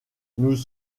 nous